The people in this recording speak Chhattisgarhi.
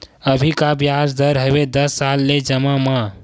अभी का ब्याज दर हवे दस साल ले जमा मा?